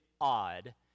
odd